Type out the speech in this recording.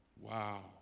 Wow